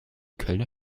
kölner